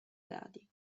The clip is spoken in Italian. gradi